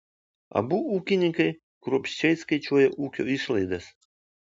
abu ūkininkai kruopščiai skaičiuoja ūkio išlaidas